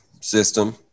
system